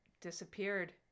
disappeared